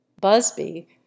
Busby